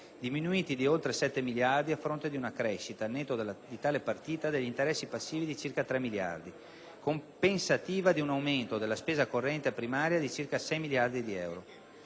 diminuiti di oltre 7 miliardi a fronte di una crescita, al netto di tale partita, degli interessi passivi di circa 3 miliardi) compensativa di un aumento della spesa corrente primaria di circa 6 miliardi di euro.